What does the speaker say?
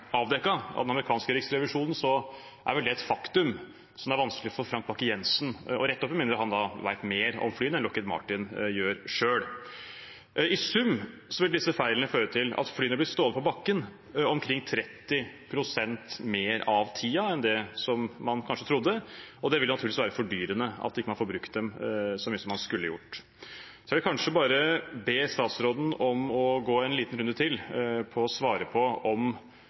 av den amerikanske riksrevisjonen, er vel det et faktum som det er vanskelig for Frank Bakke-Jensen å rette opp i, med mindre han vet mer om flyene enn Lockheed Martin gjør selv. I sum vil disse feilene føre til at flyene blir stående på bakken omkring 30 pst. mer av tiden enn det man kanskje trodde, og det vil naturligvis være fordyrende at man ikke kan få brukt dem så mye som man skulle gjort. Jeg vil kanskje bare be statsråden om å gå en liten runde til for å svare på om